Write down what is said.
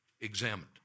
examined